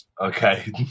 Okay